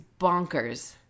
bonkers